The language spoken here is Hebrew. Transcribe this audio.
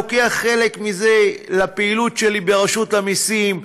לוקח חלק מזה לפעילות שלי ברשות המיסים,